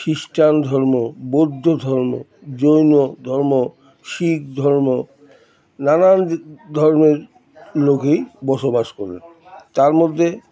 খ্রিস্টান ধর্ম বৌদ্ধ ধর্ম জৈন ধর্ম শিখ ধর্ম নানান ধর্মের লোকেই বসবাস করেেন তার মধ্যে